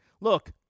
Look